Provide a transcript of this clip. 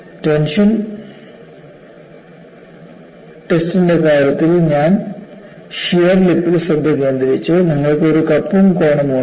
tension ടെസ്റ്റിന്റെ കാര്യത്തിൽ ഞാൻ ഷിയർ ലിപ്പ്ൽ ശ്രദ്ധ കേന്ദ്രീകരിച്ചു നിങ്ങൾക്ക് ഒരു കപ്പും കോണും ഉണ്ട്